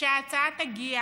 שכשההצעה תגיע